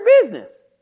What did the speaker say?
business